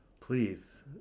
please